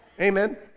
Amen